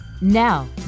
Now